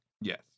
Yes